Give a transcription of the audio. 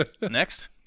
Next